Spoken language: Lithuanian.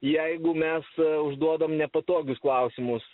jeigu mes užduodam nepatogius klausimus